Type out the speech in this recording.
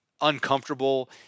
uncomfortable